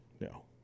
no